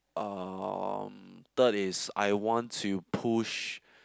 um third is I want to push